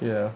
ya